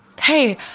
Hey